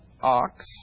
ox